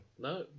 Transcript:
No